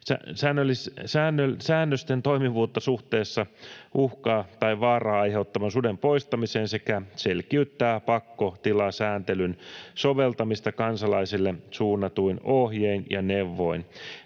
säännösten toimivuutta suhteessa uhkaa tai vaaraa aiheuttavan suden poistamiseen sekä selkiyttää pakkotilasääntelyn soveltamista kansalaisille suunnatuin ohjein ja neuvoin.